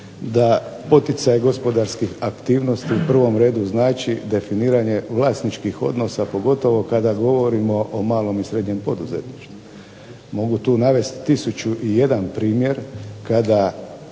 da poticaj gospodarskih aktivnosti u prvom redu znači definiranje vlasničkih odnosa, pogotovo kada govorimo o malom i srednjem poduzetništvu. Mogu tu navesti tisuću i jedan primjer kada